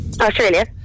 Australia